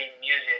music